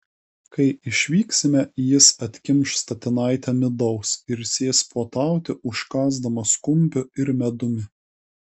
kai išvyksime jis atkimš statinaitę midaus ir sės puotauti užkąsdamas kumpiu ir medumi